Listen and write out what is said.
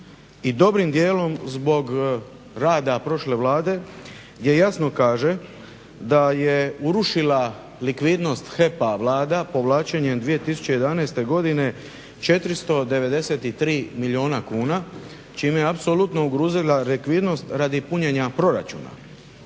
dobrim dijelom rada prošle Vlade gdje jasno kaže da je urušila likvidnost HEP-a Vlada povlačenjem 2011.godine 493 milijuna kuna čime je apsolutno ugrozila likvidnost radi punjenja proračuna.